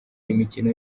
imikino